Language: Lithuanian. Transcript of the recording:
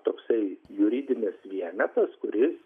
toksai juridinis vienetas kuris